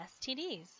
STDs